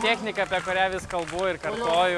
technika apie kurią vis kalbu ir kartoju